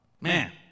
Man